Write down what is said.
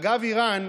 אגב איראן,